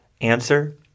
Answer